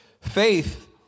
Faith